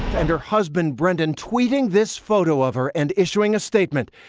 and her husband brendan tweeting this photo of her and issuing a statement.